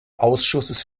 ausschusses